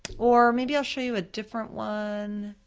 or maybe i'll show you a different one.